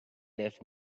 left